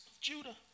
Judah